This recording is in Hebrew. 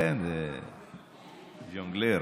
כן, זה ז'ונגלר.